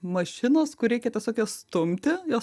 mašinos kur reikia tiesiog jas stumti jos